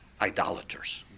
idolaters